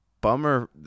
bummer